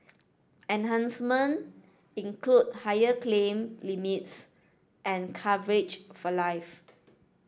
enhancement include higher claim limits and coverage for life